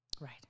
Right